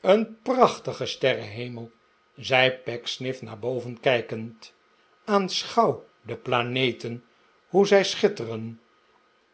een prachtige sterrenhemel zei pecksniff naar boven kijkend aanschouw de planeten hoe zij schitteren